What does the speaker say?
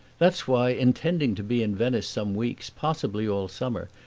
that's why, intending to be in venice some weeks, possibly all summer,